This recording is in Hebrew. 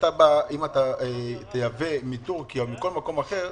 אם אתה תייבא מטורקיה או מכל מקום אחר,